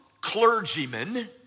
clergymen